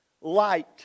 light